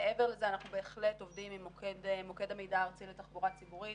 מעבר לזה אנחנו בהחלט עובדים עם מוקד המידע הארצי לתחבורה ציבורית,